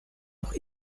noch